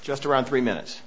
just around three minutes